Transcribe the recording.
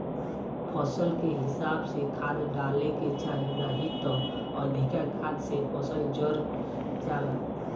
फसल के हिसाबे से खाद डाले के चाही नाही त अधिका खाद से फसल जर जाला